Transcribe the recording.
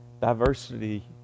diversity